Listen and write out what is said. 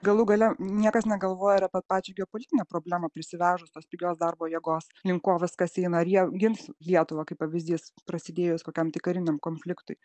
galų gale niekas negalvoja ir apie pačią geopolitinę problemą prisivežus tos pigios darbo jėgos link ko viskas eina ar jie gins lietuvą kaip pavyzdys prasidėjus kokiam tik kariniam konfliktui